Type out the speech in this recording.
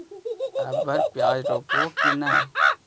अबर प्याज रोप्बो की नय?